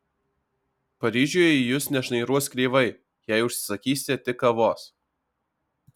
paryžiuje į jus nešnairuos kreivai jei užsisakysite tik kavos